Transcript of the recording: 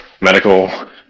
medical